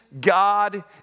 God